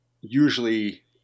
usually